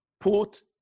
put